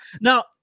now